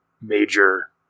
major